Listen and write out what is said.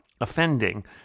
offending